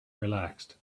relaxed